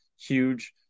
huge